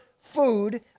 food